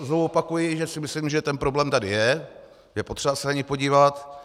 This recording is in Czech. Znovu opakuji, myslím, že ten problém tady je, je potřeba se na něj podívat.